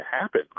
happen